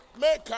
make